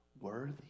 Worthy